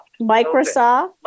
Microsoft